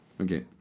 Okay